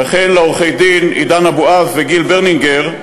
וכן לעורכי-הדין עידן אבוהב וגיל ברינגר,